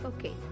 Okay